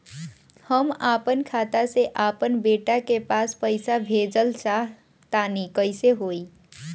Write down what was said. हम आपन खाता से आपन बेटा के पास पईसा भेजल चाह तानि कइसे होई?